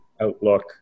outlook